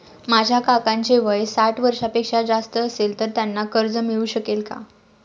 माझ्या काकांचे वय साठ वर्षांपेक्षा जास्त असेल तर त्यांना कर्ज मिळू शकेल का?